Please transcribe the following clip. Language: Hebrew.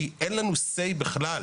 כי אין לנו בכלל say,